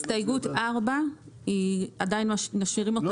הסתייגות 4 עדיין משאירים אותה פתוחה.